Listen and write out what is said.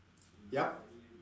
yup